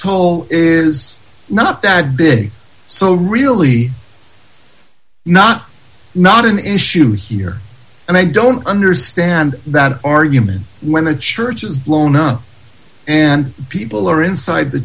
toll is not that big so really not not an issue here and i don't understand that argument when the church is blown up and people are inside the